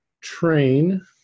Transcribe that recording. train